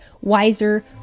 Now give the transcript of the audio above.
wiser